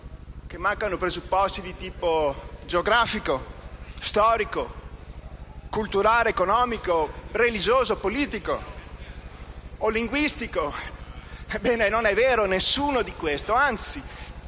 che mancano i presupposti di tipo geografico, storico, culturale, economico, religioso, politico o linguistico. Ebbene, non è vera alcuna di queste